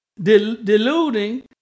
Deluding